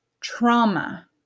trauma